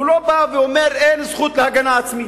הוא לא בא ואומר: אין זכות להגנה עצמית.